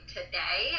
today